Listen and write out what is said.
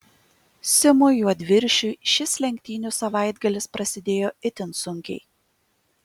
simui juodviršiui šis lenktynių savaitgalis prasidėjo itin sunkiai